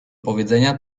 powiedzenia